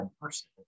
person